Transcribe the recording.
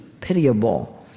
pitiable